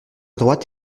droite